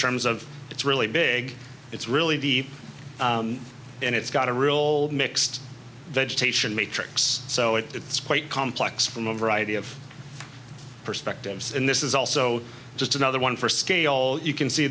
terms of it's really big it's really deep and it's got a real mixed vegetation matrix so it's quite complex from a variety of perspectives and this is also just another one for scale you can see